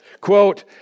quote